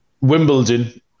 Wimbledon